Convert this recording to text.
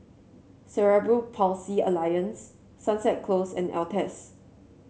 Cerebral Palsy Alliance Sunset Close and Altez